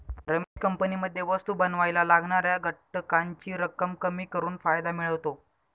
रमेश कंपनीमध्ये वस्तु बनावायला लागणाऱ्या घटकांची रक्कम कमी करून फायदा मिळवतो